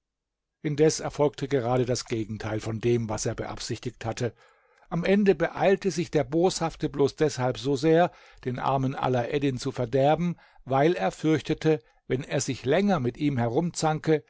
indes erfolgte gerade das gegenteil von dem was er beabsichtigt hatte am ende beeilte sich der boshafte bloß deshalb so sehr den armen alaeddin zu verderben weil er fürchtete wenn er sich länger mit ihm